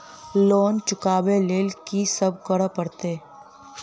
Loan चुका ब लैल की सब करऽ पड़तै?